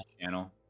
channel